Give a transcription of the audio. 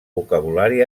vocabulari